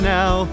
now